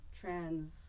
trans